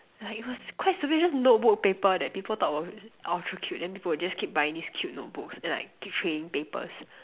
like it was quite stupid just notebook paper that people thought was ultra cute then people would just keep buying these cute notebooks and like keep trading papers